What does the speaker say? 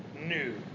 New